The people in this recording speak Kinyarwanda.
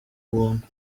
buntu